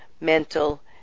mental